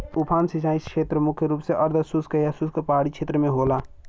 उफान सिंचाई छेत्र मुख्य रूप से अर्धशुष्क या शुष्क पहाड़ी छेत्र में होला